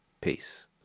Peace